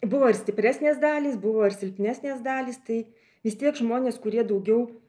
buvo ir stipresnės dalys buvo ir silpnesnės dalys tai vis tiek žmonės kurie daugiau